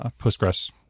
Postgres